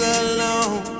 alone